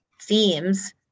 themes